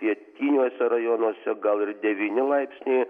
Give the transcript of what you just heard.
pietiniuose rajonuose gal ir devyni laipsniai